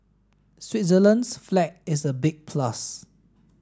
Switzerland's flag is a big plus